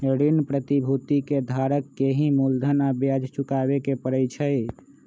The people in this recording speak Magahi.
ऋण प्रतिभूति के धारक के ही मूलधन आ ब्याज चुकावे के परई छई